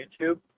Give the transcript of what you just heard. YouTube